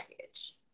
package